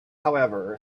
however